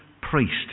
priest